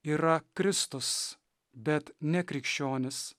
yra kristus bet ne krikščionys